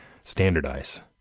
Standardize